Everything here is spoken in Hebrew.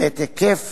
ואת היקף